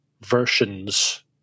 versions